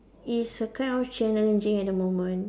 it's a kind of challenging at the moment